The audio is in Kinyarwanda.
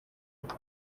nke